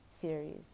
theories